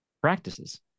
practices